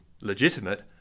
legitimate